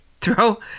throw